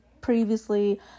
previously